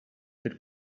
that